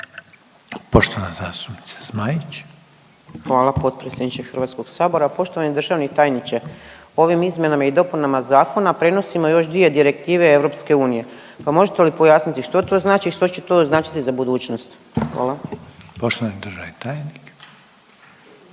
**Zmaić, Ankica (HDZ)** Hvala potpredsjedniče HS-a, poštovani državni tajniče. Ovim izmjenama i dopunama zakona prenosimo još 2 direktive EU, pa možete li pojasniti što to znači i što će to značiti za budućnost? Hvala. **Reiner, Željko